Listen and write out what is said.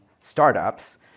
startups